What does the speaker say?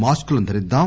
మాస్కులను ధరిద్దాం